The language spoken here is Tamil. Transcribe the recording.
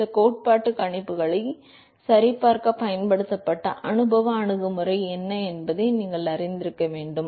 சில கோட்பாட்டு கணிப்புகளை சரிபார்க்க பயன்படுத்தப்பட்ட அனுபவ அணுகுமுறை என்ன என்பதை நீங்கள் அறிந்திருக்க வேண்டும்